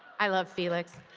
i love felix.